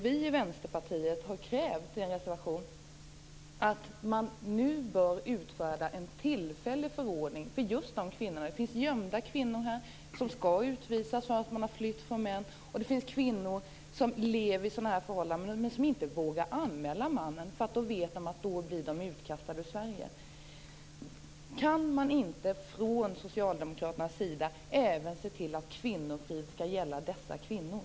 Vi i Vänsterpartiet har i en reservation krävt att man nu bör utfärda en tillfällig förordning för just de här kvinnorna. Det finns gömda kvinnor som skall utvisas efter att ha flytt från män. Det finns också kvinnor som lever i sådana här förhållanden men som inte vågar anmäla männen. Då vet de att de blir utkastade ur Sverige. Kan man inte från socialdemokraternas sida se till att kvinnofrid även skall gälla dessa kvinnor?